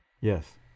Yes